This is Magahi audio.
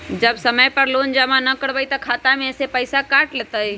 जब समय पर लोन जमा न करवई तब खाता में से पईसा काट लेहई?